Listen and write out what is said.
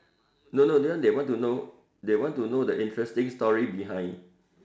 no no this one they want to know they want to know the interesting story behind